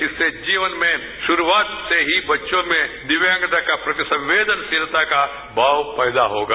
इससे जीवन में शुरूआत से ही बच्चों में दिव्यांगता के प्रति संवेदनशीलता का भाव पैदा होगा